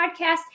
podcast